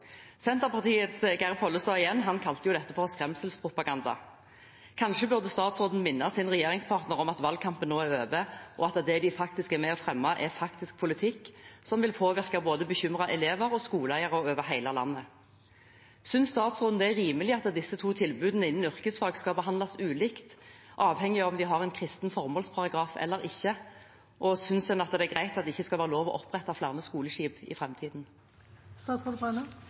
Senterpartiets Geir Pollestad kalte dette skremselspropaganda. Kanskje burde statsråden minne sin regjeringspartner om at valgkampen nå er over, og at det de er med på å fremme, er faktisk politikk, som vil påvirke både bekymrede elever og skoleeiere over hele landet. Synes statsråden det er rimelig at disse to tilbudene innenfor yrkesfag skal behandles ulikt avhengig av om de har en kristen formålsparagraf eller ikke? Synes en at det er greit at det ikke skal være lov å opprette flere skoleskip i